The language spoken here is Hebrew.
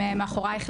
אנחנו מאחורייך,